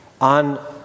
on